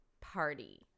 party